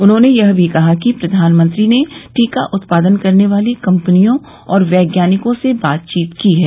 उन्होंने यह भी कहा कि प्रधानमंत्री ने टीका उत्पादन करने वाली कम्पनियों और वैज्ञानिकों से बातचीत की है